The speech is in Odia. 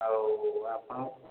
ଆଉ ଆପଣ